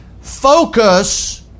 focus